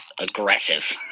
aggressive